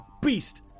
beast